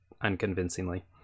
unconvincingly